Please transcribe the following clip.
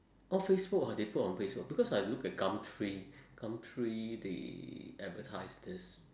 orh facebook ah they put on facebook because I look at gumtree gumtree they advertise this